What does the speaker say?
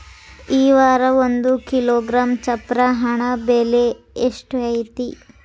ಈ ವಾರ ಒಂದು ಕಿಲೋಗ್ರಾಂ ಚಪ್ರ ಹಣ್ಣ ಬೆಲೆ ಎಷ್ಟು ಐತಿ?